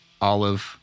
olive